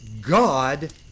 God